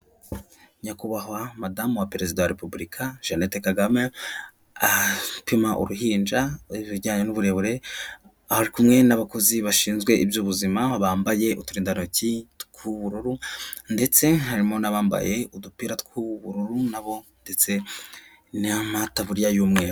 Nyakubahwa madamu wa perezida wa repubulika Jeannette Kagame, apima uruhinja ibijyanye n'uburebure, ari kumwe n'abakozi bashinzwe iby'ubuzima bambaye uturindantoki tw'ubururu ndetse harimo n'abambaye udupira tw'ubururu nabo ndetse n'amataburiya y'umweru.